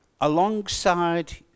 alongside